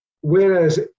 whereas